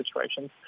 situations